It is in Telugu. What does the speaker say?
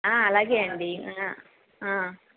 అలాగే అండి